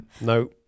No